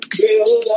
Build